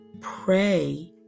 Pray